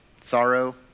sorrow